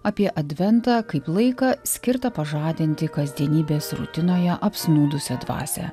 apie adventą kaip laiką skirtą pažadinti kasdienybės rutinoje apsnūdusią dvasią